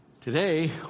today